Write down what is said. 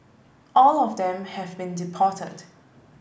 all of them have been deported